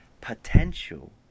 potential